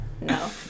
No